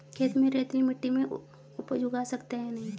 खेत में रेतीली मिटी में उपज उगा सकते हैं या नहीं?